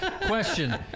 Question